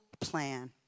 plan